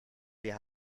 wir